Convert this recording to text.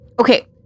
okay